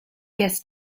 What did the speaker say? ges